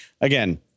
again